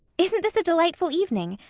isn't this a delightful evening?